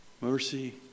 Mercy